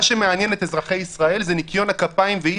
מה שמעניין את אזרחי ישראל זה ניקיון הכפיים ואי